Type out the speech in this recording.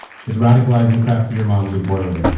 it's radicalizing craft beer moms in portland.